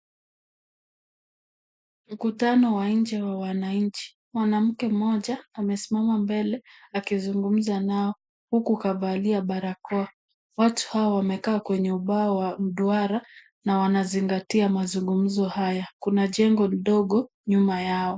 Mkutano wa nje wa wananchi. Mwanamke mmoja amesimama mbele akizungumza nao huku kavalia barakoa. Watu hawa wamekaa kwenye ubao wa mduara na wanazingatia mazungumzo haya .Kuna jengo ndogo nyuma yao.